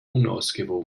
unausgewogen